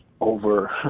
over